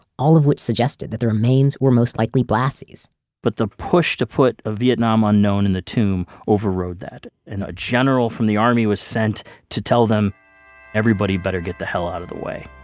all of which suggested the remains were most likely blassi's but the push to put a vietnam unknown in the tomb overrode that. and a general from the army was sent to tell them everybody better get the hell out of the way.